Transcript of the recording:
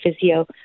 physio